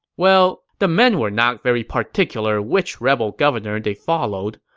well, the men were not very particular which rebel governor they followed,